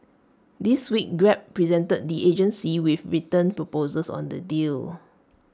this week grab presented the agency with written proposals on the deal